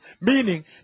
meaning